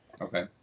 Okay